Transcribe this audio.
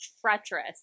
treacherous